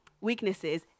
Weaknesses